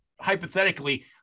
hypothetically